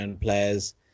players